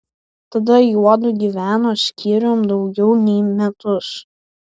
tada juodu gyveno skyrium daugiau nei metus